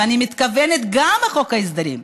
ואני מתכוונת גם בחוק ההסדרים.